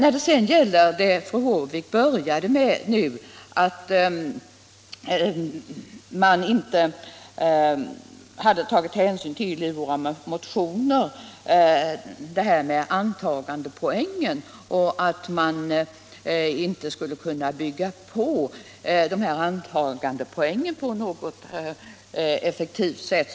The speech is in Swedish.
Fru Håvik började med att säga att man i våra motioner inte hade tagit hänsyn till antagandepoängen och att denna inte skulle kunna byggas på på något effektivt sätt.